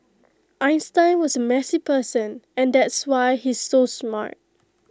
Einstein was A messy person and that's why he's so smart